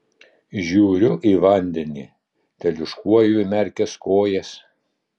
žiūriu į vandenį teliūškuoju įmerkęs kojas